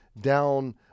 down